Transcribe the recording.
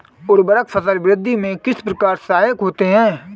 उर्वरक फसल वृद्धि में किस प्रकार सहायक होते हैं?